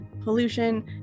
pollution